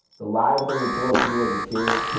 the lies that were told to me as kid.